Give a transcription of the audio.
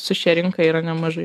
su šia rinka yra nemažai